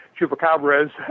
chupacabras